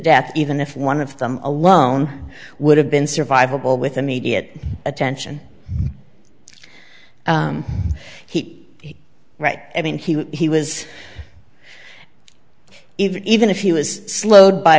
death even if one of them alone would have been survivable with immediate attention he right i mean he was even if he was slowed by